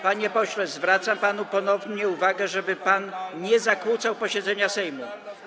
Panie pośle, zwracam panu ponownie uwagę, żeby pan nie zakłócał posiedzenia Sejmu.